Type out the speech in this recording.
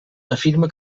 afirma